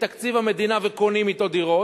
מתקציב המדינה וקונים אתו דירות,